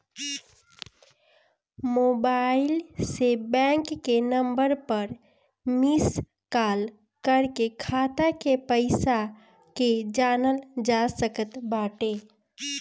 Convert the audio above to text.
mobile से bank के number पअ मिस काल कर के खाता के पईसा के जानल जा सकत बाटे